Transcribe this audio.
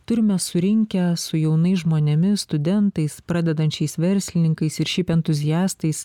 turime surinkę su jaunais žmonėmis studentais pradedančiais verslininkais ir šiaip entuziastais